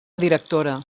directora